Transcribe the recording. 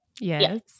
Yes